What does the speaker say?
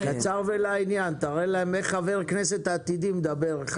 קצר ולעניין, תראה להם איך חבר כנסת עתידי מדבר.